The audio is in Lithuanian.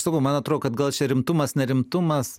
sakau man atrodo kad gal čia rimtumas nerimtumas